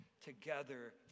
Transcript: together